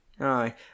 Aye